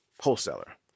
wholesaler